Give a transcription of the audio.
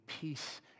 peace